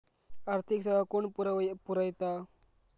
आर्थिक सेवा कोण पुरयता?